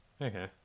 Okay